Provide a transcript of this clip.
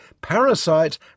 Parasite